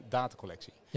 datacollectie